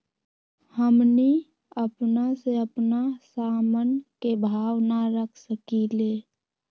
हमनी अपना से अपना सामन के भाव न रख सकींले?